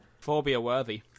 Phobia-worthy